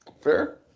Fair